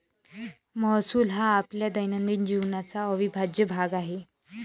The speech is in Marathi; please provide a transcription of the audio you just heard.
महसूल हा आपल्या दैनंदिन जीवनाचा अविभाज्य भाग आहे